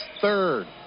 third